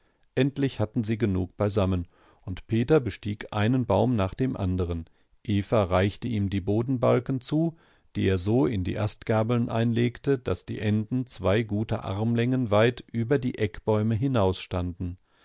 endlich hatten sie genug beisammen und peter bestieg einen baum nach dem anderen eva reichte ihm die bodenbalken zu die er so in die astgabeln einlegte daß die enden zwei gute armlängen weit über die eckbäume